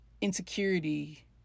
insecurity